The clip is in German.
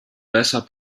besser